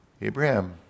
Abraham